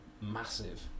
massive